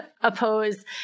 oppose